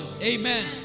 Amen